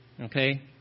okay